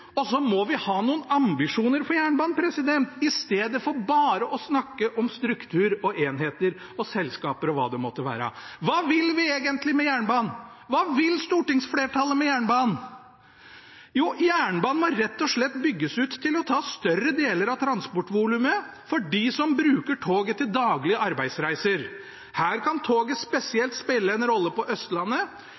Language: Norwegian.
og så må vi ha noen ambisjoner for jernbanen i stedet for bare å snakke om struktur, enheter, selskaper og hva det måtte være. Hva vil vi egentlig med jernbanen? Hva vil stortingsflertallet med jernbanen? Jo, jernbanen må rett og slett bygges ut til å ta større deler av transportvolumet for dem som bruker toget til daglige arbeidsreiser. Her kan toget spesielt spille en rolle på Østlandet